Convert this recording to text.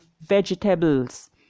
vegetables